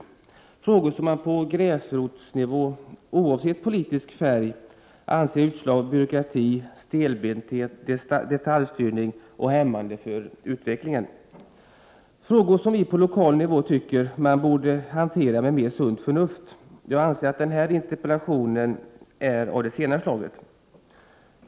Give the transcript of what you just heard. Det är frågor som man på gräsrotsnivå, oavsett politisk färg, anser är hämmande för utvecklingen och utslag av byråkrati, stelbenthet och detaljstyrning. Det är frågor som vi på lokal nivå tycker att man borde hantera med mera sunt förnuft. : Min interpellation är av det senare slaget.